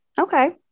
Okay